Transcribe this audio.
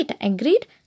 Agreed